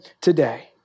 today